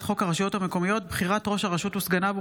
חוק הרשויות המקומיות (בחירת ראש הרשות וסגניו וכהונתם)